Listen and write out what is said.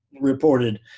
reported